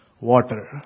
water